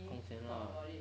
空闲啦